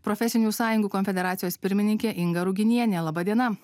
profesinių sąjungų konfederacijos pirmininkė inga ruginienė laba diena